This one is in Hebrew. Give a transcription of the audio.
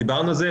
שדיברנו על זה,